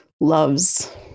loves